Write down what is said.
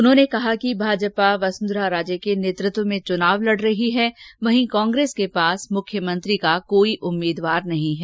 उन्होंने कहा कि भाजपा वसुंधरा राजे के नतृत्व में चुनाव लड रही है वहीं कांग्रेस के पास मुख्यमंत्री का कोई उम्मीदवार नहीं है